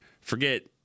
forget